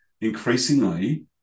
increasingly